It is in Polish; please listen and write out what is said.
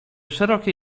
szerokie